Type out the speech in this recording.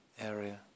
area